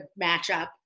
matchup